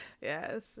Yes